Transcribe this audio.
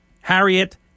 Harriet